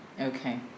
Okay